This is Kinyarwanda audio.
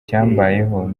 cyambayeho